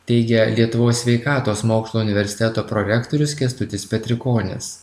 teigia lietuvos sveikatos mokslų universiteto prorektorius kęstutis petrikonis